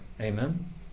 Amen